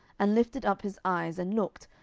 and lifted up his eyes, and looked,